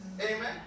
Amen